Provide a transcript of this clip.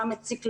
מה מציק להם,